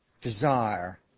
desire